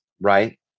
right